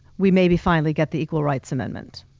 we maybe finally get the equal rights amendment.